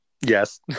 Yes